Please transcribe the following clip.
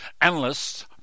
Analysts